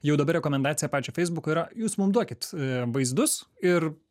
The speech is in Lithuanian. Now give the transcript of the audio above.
jau dabar rekomendacija pačio feisbuko yra jūs mum duokit vaizdus ir